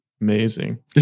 Amazing